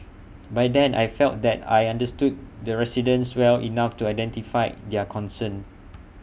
by then I felt that I understood the residents well enough to identify their concerns